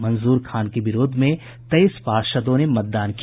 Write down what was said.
मंजूर खान के विरोध में तेईस पार्षदों ने मतदान किया